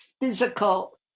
physical